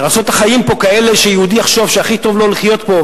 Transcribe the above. צריך לעשות את החיים כאלה שיהודי יחשוב שהכי טוב לו לחיות פה,